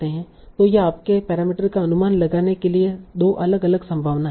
तो ये आपके पैरामीटर का अनुमान लगाने के लिए 2 अलग अलग संभावनाएं हैं